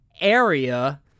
area